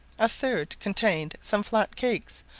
a third contained some flat cakes,